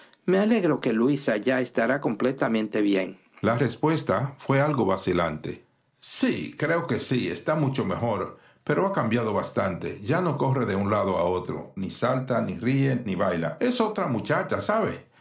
me figuro que luisa ya estará completamente bien la respuesta fué algo vacilante sí creo que sí está mucho mejor pero ha cambiado bastante ya no corre de un lado a otro ni salta ni ríe ni baila es otra muchacha si